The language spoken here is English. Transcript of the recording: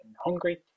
Hungary